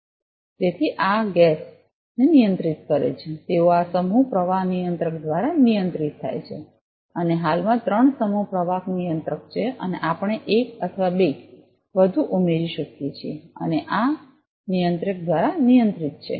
અને હાલમાં ત્રણ સમૂહ પ્રવાહ નિયંત્રક છે અને આપણે 1 અથવા 2 વધુ ઉમેરી શકીએ છીએ અને આ આ નિયંત્રક દ્વારા નિયંત્રિત છે